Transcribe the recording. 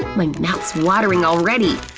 my mouth's watering already!